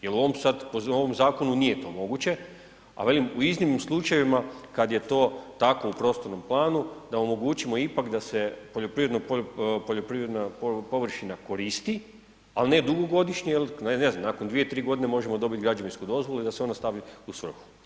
Jel u ovom sad, po ovom zakonu nije to moguće, a velim u iznimnim slučajevima kad je to tako u prostornom planu da omogućimo ipak da se poljoprivredna površina koristi ali ne dugogodišnje, jel' ne znam, nakon dvije, tri godine možemo dobiti građevinsku dozvolu i da se ona stavi u svrhu.